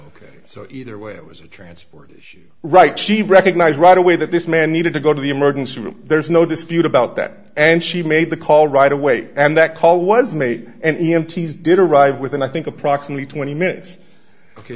ok so either way it was a transport issue right she recognized right away that this man needed to go to the emergency room there's no dispute about that and she made the call right away and that call was made and the mts did arrive within i think approximately twenty minutes ok